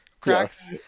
cracks